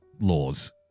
laws